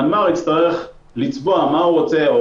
המנמ"ר יצטרך לצבוע מה הוא רוצה,